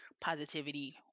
positivity